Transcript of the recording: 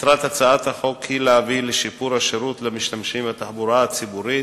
מטרת הצעת החוק היא להביא לשיפור השירות למשתמשים בתחבורה הציבורית,